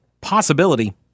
possibility